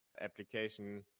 application